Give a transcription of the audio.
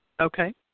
Okay